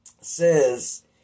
says